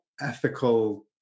ethical